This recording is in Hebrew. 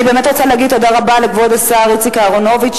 אני באמת רוצה להגיד תודה רבה לכבוד השר איציק אהרונוביץ,